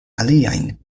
aliajn